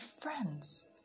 friends